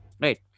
right